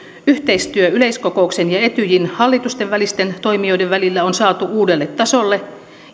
yhteistyö yleiskokouksen ja etyjin hallitusten välisten toimijoiden välillä on saatu uudelle tasolle